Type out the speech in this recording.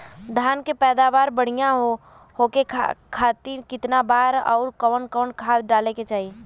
धान के पैदावार बढ़िया होखे खाती कितना बार अउर कवन कवन खाद डाले के चाही?